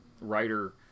writer